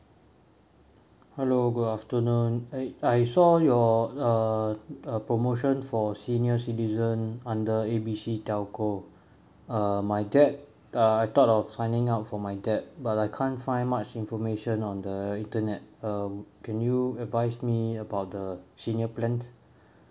hello good afternoon I I saw your uh uh promotion for senior citizen under A B C telco uh my dad uh I thought of signing up for my dad but I can't find much information on the internet uh can you advise me about the senior plans